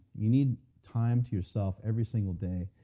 you need time to yourself every single day.